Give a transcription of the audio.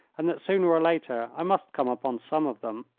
and that sooner or later i must come upon some of them.